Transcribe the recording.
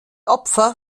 opfer